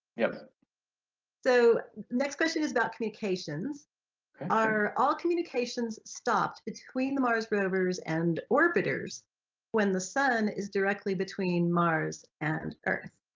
yeah so next question is about communications are all communications stopped between the mars rovers and orbiters when the sun is directly between mars and earth?